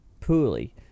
poorly